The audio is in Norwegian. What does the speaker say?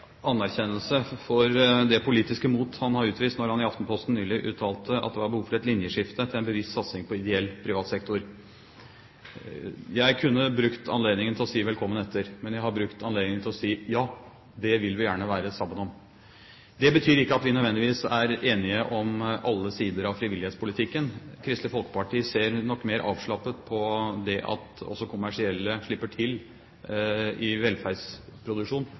anerkjennelse for det politiske mot han utviste da han i Aftenposten nylig uttalte at det var behov for «et linjeskifte til en bevisst satsing på ideell privat sektor». Jeg kunne brukt anledningen til å si velkommen etter, men jeg har brukt anledningen til å si at ja, det vil vi gjerne være sammen om. Det betyr ikke at vi nødvendigvis er enige om alle sider av frivillighetspolitikken. Kristelig Folkeparti ser nok mer avslappet på det at også kommersielle slipper til i